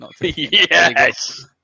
Yes